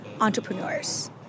entrepreneurs